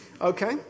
Okay